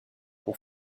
pour